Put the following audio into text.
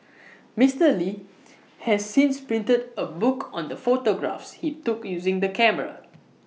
Mister li has since printed A book on the photographs he took using the camera